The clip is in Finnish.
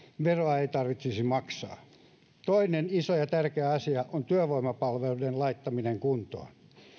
veroa ei tarvitsisi maksaa kolmas iso ja tärkeä asia on työvoimapalveluiden laittaminen kuntoon